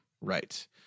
Right